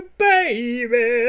baby